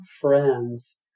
friends